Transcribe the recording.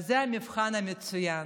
אז זה המבחן המצוין.